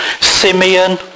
Simeon